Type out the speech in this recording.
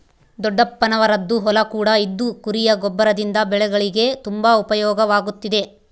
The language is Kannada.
ದೊಡ್ಡಪ್ಪನವರದ್ದು ಹೊಲ ಕೂಡ ಇದ್ದು ಕುರಿಯ ಗೊಬ್ಬರದಿಂದ ಬೆಳೆಗಳಿಗೆ ತುಂಬಾ ಉಪಯೋಗವಾಗುತ್ತಿದೆ